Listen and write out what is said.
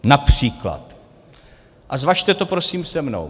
Například, a zvažte to prosím se mnou.